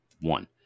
One